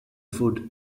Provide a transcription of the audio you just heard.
food